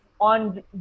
on